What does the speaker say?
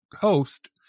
host